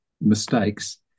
mistakes